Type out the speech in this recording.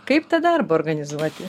kaip tą darbą organizuoti